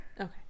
Okay